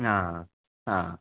आं हा आं